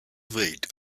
wait